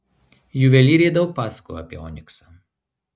juvelyrė daug pasakojo apie oniksą